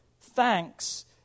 Thanks